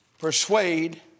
persuade